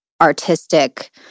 artistic